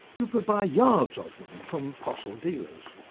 you could buy yards of them from fossil dealers.